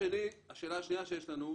השאלה השנייה שיש לנו,